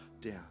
down